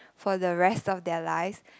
for the rest of their lives